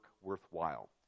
worthwhile